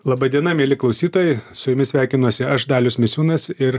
laba diena mieli klausytojai su jumis sveikinuosi aš dalius misiūnas ir